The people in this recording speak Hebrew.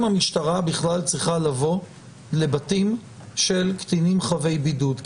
המשטרה צריכה לבוא לבתים של קטינים חבי בידוד,